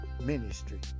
ministry